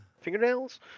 Fingernails